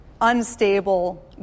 unstable